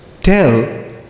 tell